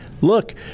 Look